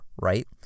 right